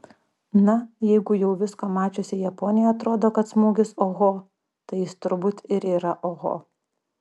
na jeigu jau visko mačiusiai japonei atrodo kad smūgis oho tai jis turbūt ir yra oho